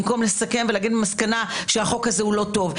במקום לסכם ולהגיד במסקנה שהחוק הזה הוא לא טוב,